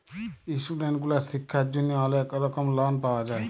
student গুলার শিক্ষার জন্হে অলেক রকম লন পাওয়া যায়